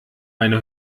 meine